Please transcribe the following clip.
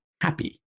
happy